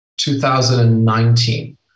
2019